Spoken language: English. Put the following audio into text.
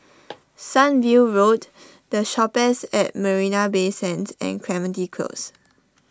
Sunview Road the Shoppes at Marina Bay Sands and Clementi Close